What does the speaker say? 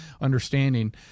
understanding